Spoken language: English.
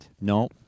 No